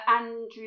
Andrew